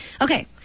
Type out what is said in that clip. Okay